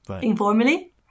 informally